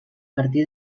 partir